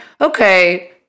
okay